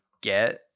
get